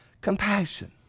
Compassion